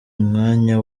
mwanya